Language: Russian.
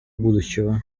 будущего